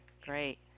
Great